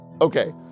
Okay